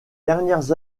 dernières